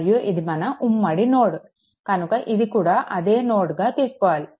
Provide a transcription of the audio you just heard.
మరియు ఇది మన ఉమ్మడి నోడ్ కనుక ఇది కూడా అదే నోడ్గా తీసుకోవాలి